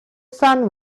sun